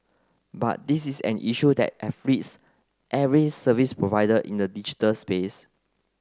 but this is an issue that afflicts every service provider in the digital space